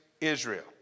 Israel